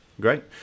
Great